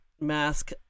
mask